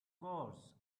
course